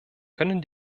können